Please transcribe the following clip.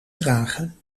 dragen